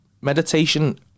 meditation